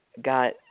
got